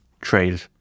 trade